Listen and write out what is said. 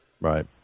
Right